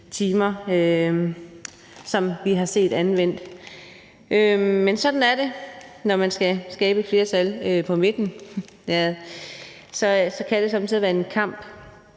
som vi har set dem anvendt. Men sådan er det, når man skal skabe et flertal på midten, altså at det somme tider kan være en kamp.